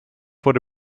wurde